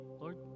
Lord